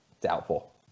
Doubtful